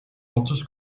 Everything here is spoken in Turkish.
otuz